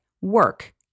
work